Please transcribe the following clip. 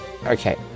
Okay